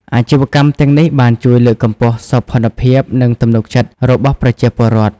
អាជីវកម្មទាំងនេះបានជួយលើកកម្ពស់សោភ័ណភាពនិងទំនុកចិត្តរបស់ប្រជាពលរដ្ឋ។